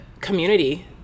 community